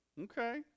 okay